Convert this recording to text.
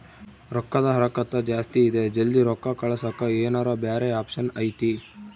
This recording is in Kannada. ರೊಕ್ಕದ ಹರಕತ್ತ ಜಾಸ್ತಿ ಇದೆ ಜಲ್ದಿ ರೊಕ್ಕ ಕಳಸಕ್ಕೆ ಏನಾರ ಬ್ಯಾರೆ ಆಪ್ಷನ್ ಐತಿ?